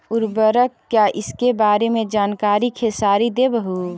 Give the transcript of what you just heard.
उर्वरक क्या इ सके बारे मे जानकारी खेसारी देबहू?